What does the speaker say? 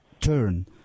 turn